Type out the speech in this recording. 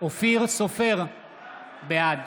בעד